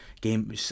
game